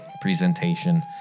presentation